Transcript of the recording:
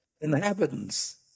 Inhabitants